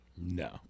No